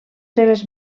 seves